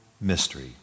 mystery